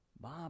bob